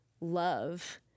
love